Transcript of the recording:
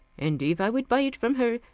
and if i would buy it from her,